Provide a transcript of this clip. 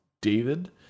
David